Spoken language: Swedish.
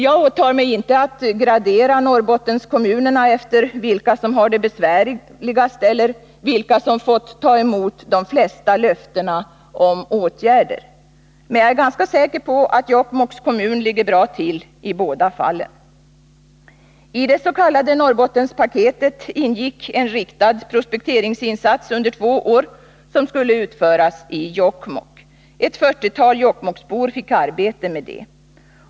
Jag åtar mig inte att gradera Norrbottenskommunerna efter vilka som har det besvärligast eller vilka som fått ta emot de flesta löftena om åtgärder. Men jag är ganska säker på att Jokkmokks kommun ligger bra till i båda fallen. I det s.k. Norrbottenspaketet ingick en riktad prospekteringsinsats under två år, som skulle utföras i Jokkmokk. Ett fyrtiotal jokkmokksbor fick arbete med det.